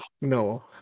No